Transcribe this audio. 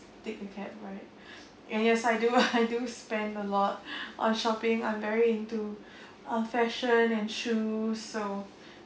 take a cab right and yes I do I do spend a lot on shopping I'm very into uh fashion and shoes so